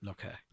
Okay